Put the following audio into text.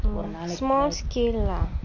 oh small scale lah